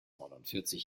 neunundvierzig